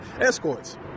escorts